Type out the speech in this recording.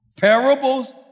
Parables